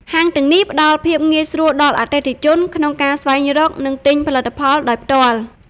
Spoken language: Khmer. ហាងទាំងនេះផ្តល់ភាពងាយស្រួលដល់អតិថិជនក្នុងការស្វែងរក និងទិញផលិតផលដោយផ្ទាល់។